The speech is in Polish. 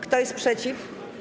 Kto jest przeciw?